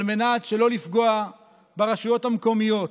על מנת שלא לפגוע ברשויות המקומיות,